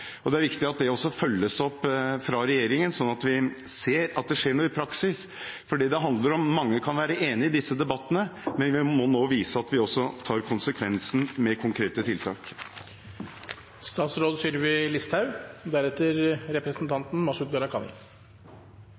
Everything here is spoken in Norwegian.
og det er viktig at det også følges opp fra regjeringen, slik at vi ser at det skjer noe i praksis. For mange kan være enig i disse debattene, men vi må nå også vise at vi tar konsekvensen av dette gjennom konkrete tiltak.